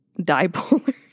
dipolar